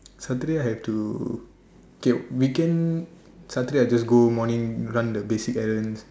Saturday I have to okay weekend Saturday I just go morning run the basic errands